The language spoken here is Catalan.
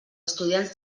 estudiants